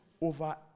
over